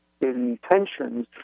intentions